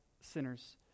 sinners